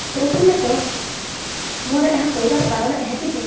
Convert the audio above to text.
ପ୍ରଥମେ ତ ମୋର ଏହା କହିବାର କାରଣ ଏହାକି ଯେ